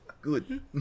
good